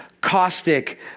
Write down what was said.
caustic